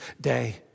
day